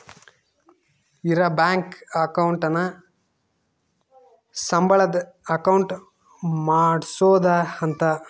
ಇರ bank account ನ ಸಂಬಳದ್ ಅಕೌಂಟ್ ಮಾಡ್ಸೋದ ಅಂತ